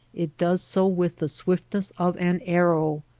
it does so with the swiftness of an arrow.